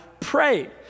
Pray